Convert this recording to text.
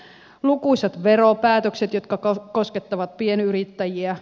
on lukuisat veropäätökset jotka koskettavat pienyrittäjiä